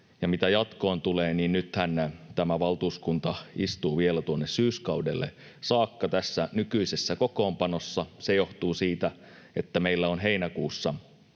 Ja mitä jatkoon tulee, niin nythän tämä valtuuskunta istuu vielä tuonne syyskaudelle saakka tällä nykyisellä kokoonpanolla. Se johtuu siitä, että meillä on heinäkuussa